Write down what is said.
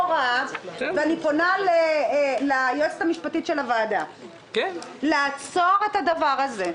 אני פונה ליועצת המשפטית של הוועדה על-מנת לעצור את הדבר הזה.